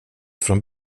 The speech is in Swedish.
från